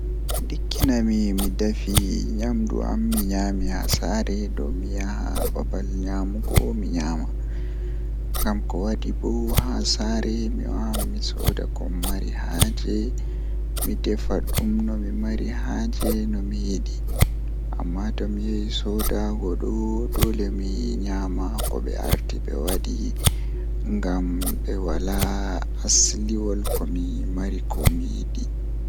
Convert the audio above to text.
So mi waawi ɗonnoogol ko mi waɗi laawol e mbuddi walla mi waɗi laawol e caɗeele, miɗo ɗonnoo laawol e caɗeele. Caɗeele waɗi moƴƴi sabu o waawi heɓde maaɓɓe, njalɓugol ɗum e ndemngal ngal wondi nder jammaaji. Laawol e mbuddi fow no heewi ngam waawugol ɗum waɗa ka heɗtugol ɗum ɗaɗi, kono caɗeele no waɗi ngal ngal nguurndam e heewta. O no waɗa ɗum fow njamaaji e hoore makko